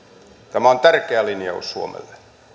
tämä on tärkeä linjaus suomelle